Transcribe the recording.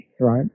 Right